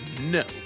no